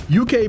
UK